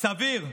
סביר,